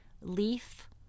leaf